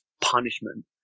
punishment